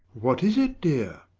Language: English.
what is it, dear?